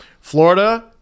Florida